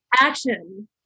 action